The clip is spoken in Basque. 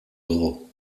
dugu